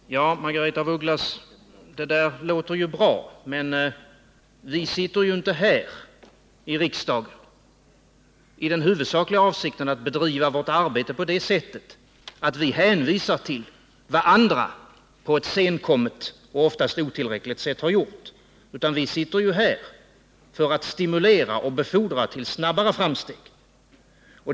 Herr talman! Ja, Margaretha af Ugglas, det där låter bra. Men vi sitter ju inte här i riksdagen i den huvudsakliga avsikten att bedriva vårt arbete på det sättet att vi hänvisar till vad andra senkommet och oftast på ett otillräckligt sätt har gjort. Vi sitter här för att stimulera till och befordra snabbare framsteg.